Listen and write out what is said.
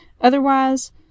Otherwise